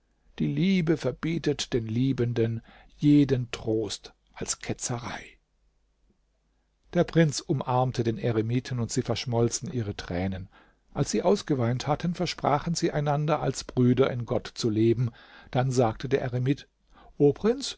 die liebe verbietet den liebenden jeden trost als ketzerei der prinz umarmte den eremiten und sie verschmolzen ihre tränen als sie ausgeweint hatten versprachen sie einander als brüder in gott zu leben dann sagte der eremit o prinz